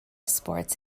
sports